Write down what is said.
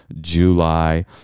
July